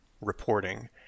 reporting